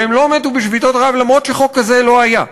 והם לא מתו בשביתות רעב אף שהחוק הזה לא היה,